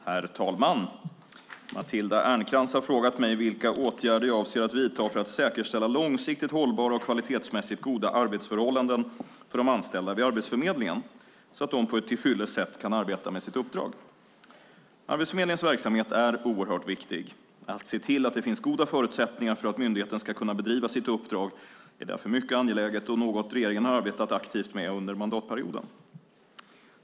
Herr talman! Matilda Ernkrans har frågat mig vilka åtgärder jag avser att vidta för att säkerställa långsiktigt hållbara och kvalitetsmässigt goda arbetsförhållanden för de anställda vid Arbetsförmedlingen så att de till fyllest kan arbeta med sitt uppdrag. Arbetsförmedlingens verksamhet är oerhört viktig. Att se till att det finns goda förutsättningar för att myndigheten ska kunna bedriva sitt uppdrag är därför mycket angeläget och något regeringen har arbetat aktivt med under mandatperioden.